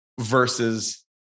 versus